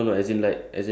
ya